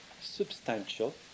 substantial